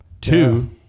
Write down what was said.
two